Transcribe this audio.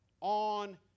on